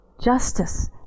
justice